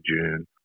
June